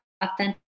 authentic